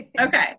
okay